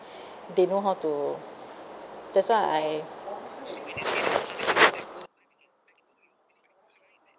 they know how to that's why I